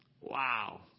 Wow